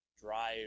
drive